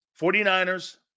49ers